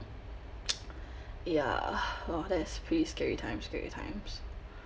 ya !wah! that's pretty scary times scary times